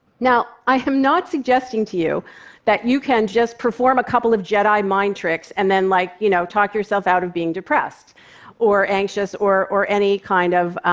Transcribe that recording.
now i am not suggesting to you that you can just perform a couple of jedi mind tricks and like you know talk yourself out of being depressed or anxious or or any kind of